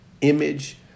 image